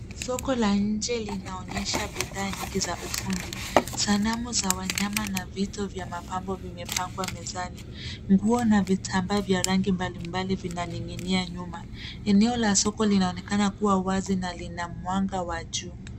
Soko la nje linaonyesha bidhaa nyingi za ufundi. Sanamu za wanyama na vitu vya mapambo vimepangwa mezani. Nguo na vitambaa vya rangi mbalimbali vinaning'inia nyuma, eneo la soko linaonekana kuwa wazi na lina mwanga wa juu.